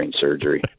surgery